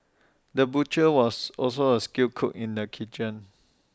the butcher was also A skilled cook in the kitchen